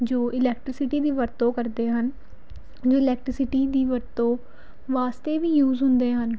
ਜੋ ਇਲੈਕਟ੍ਰੀਸਿਟੀ ਦੀ ਵਰਤੋਂ ਕਰਦੇ ਹਨ ਜੋ ਇਲੈਕਟ੍ਰੀਸਿਟੀ ਦੀ ਵਰਤੋਂ ਵਾਸਤੇ ਵੀ ਯੂਜ ਹੁੰਦੇ ਹਨ